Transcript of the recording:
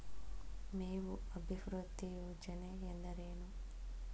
ಮೇವು ಅಭಿವೃದ್ಧಿ ಯೋಜನೆ ಎಂದರೇನು?